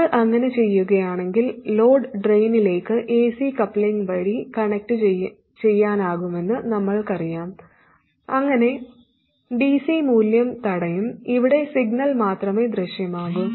നമ്മൾ അങ്ങനെ ചെയ്യുകയാണെങ്കിൽ ലോഡ് ഡ്രെയിനിലേക്ക് എസി കപ്ലിംഗ് വഴി കണക്റ്റുചെയ്യാനാകുമെന്ന് നമ്മൾക്കറിയാം അങ്ങനെ ഡിസി മൂല്യം തടയും ഇവിടെ സിഗ്നൽ മാത്രമേ ദൃശ്യമാകൂ